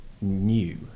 new